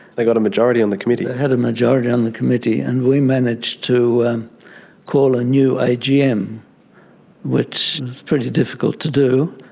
they got a majority on the committee? they had a majority on the committee and we managed to call a new agm which is pretty difficult to do.